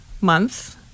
Month